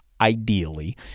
ideally